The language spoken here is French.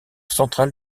central